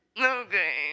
Okay